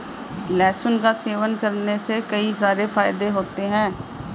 लहसुन का सेवन करने के कई सारे फायदे होते है